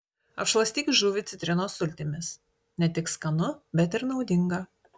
apšlakstyk žuvį citrinos sultimis ne tik skanu bet ir naudinga